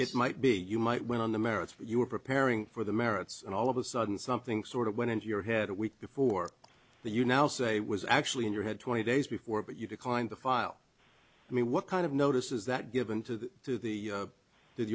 it might be you might win on the merits you were preparing for the merits and all of a sudden something sort of went into your head a week before you now say was actually in your head twenty days before but you declined the file i mean what kind of notice is that given to the to the